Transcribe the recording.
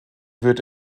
wird